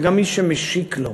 זה גם מי שמשיק לו.